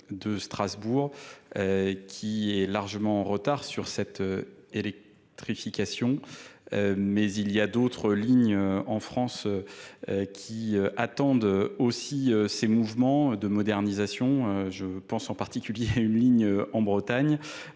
de Strasbourg Euh, qui est largement en retard sur cette électrification Mais il y a d'autres lignes en France. qui attendent aussi ces de modernisation? je pense en particulier à une ligne en Bretagne,